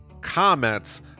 comments